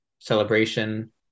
celebration